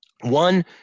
One